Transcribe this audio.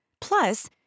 Plus